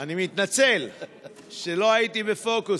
אני מתנצל שלא הייתי בפוקוס.